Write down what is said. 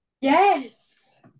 yes